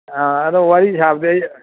ꯑꯥ ꯑꯗꯣ ꯋꯥꯔꯤ ꯁꯥꯕꯗꯤ ꯑꯩ